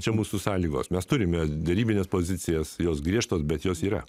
čia mūsų sąlygos mes turime derybines pozicijas jos griežtos bet jos yra